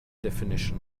definition